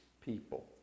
people